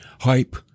hype